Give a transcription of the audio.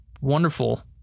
Wonderful